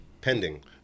Pending